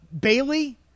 Bailey